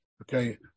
Okay